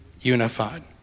unified